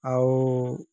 ଆଉ